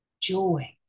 joy